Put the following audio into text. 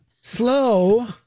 slow